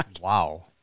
wow